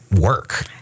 work